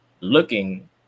looking